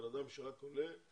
אדם שרק עולה.